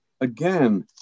Again